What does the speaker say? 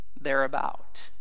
thereabout